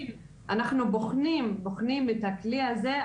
אנחנו בוחנים את הכלי הזה.